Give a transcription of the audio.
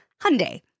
Hyundai